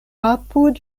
apud